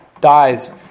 dies